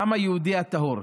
העם היהודי הטהור.